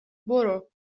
برو